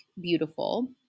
beautiful